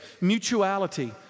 mutuality